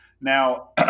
Now